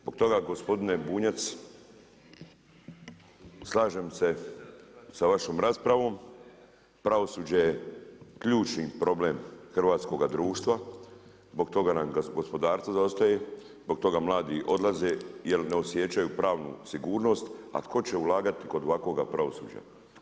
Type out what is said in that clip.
Zbog toga gospodine Bunjac, slažem se sa vašom raspravom, pravosuđe je ključni problem hrvatskoga društva zbog toga nam gospodarstvo zaostaje, zbog toga mladi odlaze jer ne osjećaju pravu sigurnost, a tko će ulagati kod ovakvog pravosuđa?